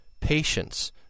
patience